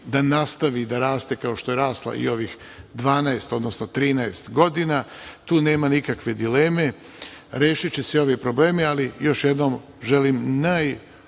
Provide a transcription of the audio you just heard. da nastavi da raste kao što je rasla ovih 12, odnosno 13 godina, tu nema nikakve dileme. Rešiće se ovi problemi. Još jednom želim